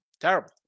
Terrible